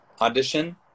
audition